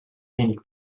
wenig